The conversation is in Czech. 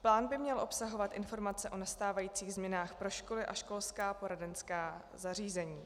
Plán by měl obsahovat informace o nastávajících změnách pro školy a školská poradenská zařízení.